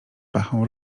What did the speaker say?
pachą